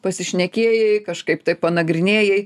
pasišnekėjai kažkaip tai panagrinėjai